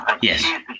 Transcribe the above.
yes